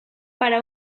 para